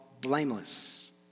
blameless